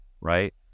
right